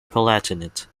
palatinate